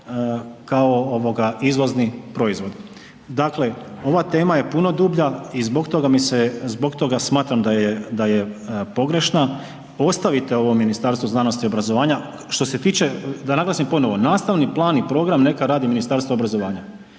ovoga izvozni proizvod. Dakle, ova tema je puno dublja i zbog toga mi se, zbog toga smatram da je pogrešna. Ostavite ovo Ministarstvo znanosti i obrazovanja, što se tiče, da naglasim ponovo nastavni plan i program neka radi Ministarstvo obrazovanja.